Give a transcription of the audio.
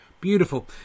Beautiful